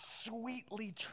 sweetly